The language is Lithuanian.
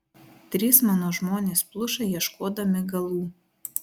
trys mano žmonės pluša ieškodami galų